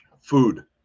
Food